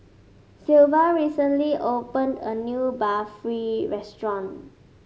Silvia recently open a new Barfi Restaurant